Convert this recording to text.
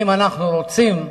אם אנחנו רוצים,